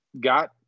got